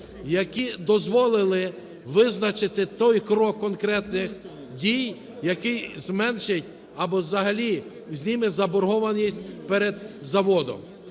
які дозволили визначити той крок конкретних дій, який зменшить або взагалі зніме заборгованість перед заводом.